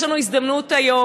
יש לנו הזדמנות היום,